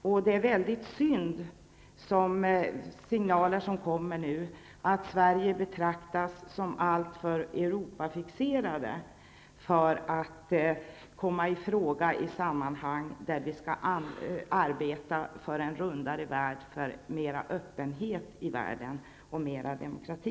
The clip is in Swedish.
Det är därför väldigt synd att det nu kommer signaler om att Sverige betraktas som alltför Europafixerat för att komma i fråga i sammanhang där det handlar om att arbeta för en rundare värld, för mer öppenhet i världen och för mer demokrati.